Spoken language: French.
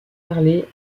parlées